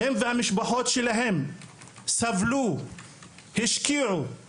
הם והמשפחות שלהם סבלו והשקיעו.